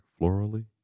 florally